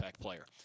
player